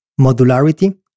modularity